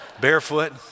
barefoot